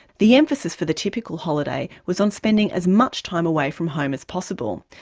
the emphasis for the typical holiday was on spending as much time away from home as possible.